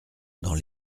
dans